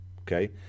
okay